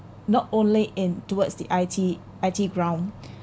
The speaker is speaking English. not only in towards the I_T I_T ground